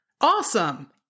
awesome